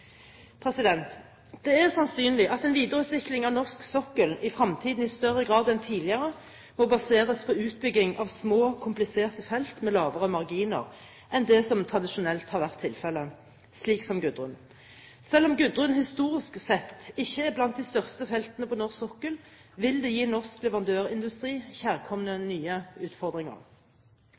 Det er sannsynlig at en videreutvikling av norsk sokkel i fremtiden i større grad enn tidligere må baseres på utbygging av små, kompliserte felt med lavere marginer enn det som tradisjonelt har vært tilfellet, slik som Gudrun. Selv om Gudrun historisk sett ikke er blant de største feltene på norsk sokkel, vil det gi norsk leverandørindustri kjærkomne nye utfordringer.